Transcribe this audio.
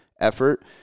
effort